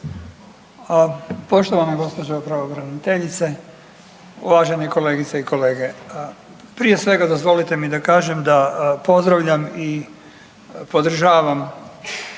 Poštovana gđo. pravobraniteljice, uvaženi kolegice i kolege. Prije svega, dozvolite mi da kažem, da pozdravljam i podržavam